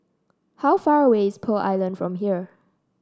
how far away is Pearl Island from here